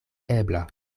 ebla